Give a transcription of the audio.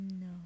No